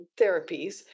therapies